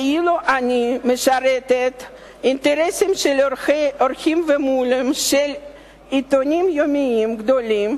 כאילו אני משרתת אינטרסים של עורכים ומו"לים של עיתונים יומיים גדולים,